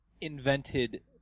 invented